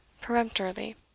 peremptorily